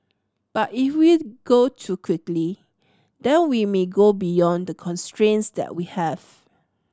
but if we go too quickly then we may go beyond the constraints that we have